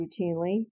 routinely